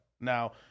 now